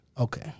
Okay